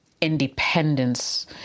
independence